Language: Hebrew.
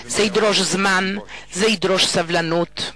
זה ידרוש זמן, זה ידרוש סבלנות.